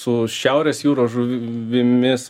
su šiaurės jūros žuvimis